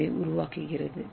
ஏவை உருவாக்குகிறது